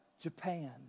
Japan